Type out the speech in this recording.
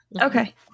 Okay